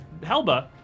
Helba